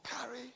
carry